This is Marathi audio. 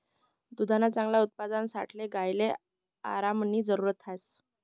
दुधना चांगला उत्पादनसाठे गायले आरामनी जरुरत ह्रास